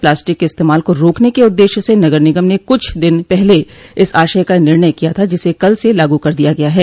plastic के इस्तेमाल को रोकने के उददेश्य से नगर निगम ने कुछ दिन पहले इस आशय का निर्णय किया था जिसे कल से लागू कर दिया गया है